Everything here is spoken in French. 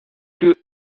que